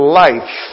life